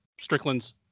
Strickland's